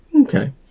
Okay